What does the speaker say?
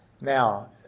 now